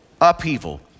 upheaval